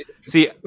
See